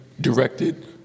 directed